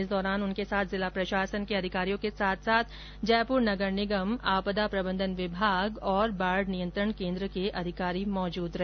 इस दौरान उनके साथ जिला प्रशासन के अधिकारियों के साथ साथ जयपुर नगर निगम आपदा प्रबंधन विभाग और बाढ नियंत्रण केन्द्र के अधिकारी मौजूद रहे